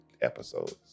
episodes